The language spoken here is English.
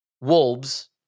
Wolves